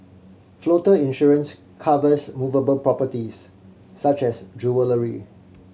floater insurance covers movable properties such as jewellery